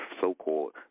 so-called